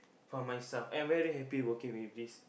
for myself I'm very happy working with this